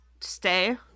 Stay